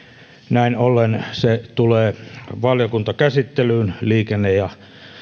näin ollen se tulee valiokuntakäsittelyyn liikenne ja